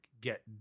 get